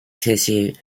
tissue